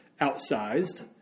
outsized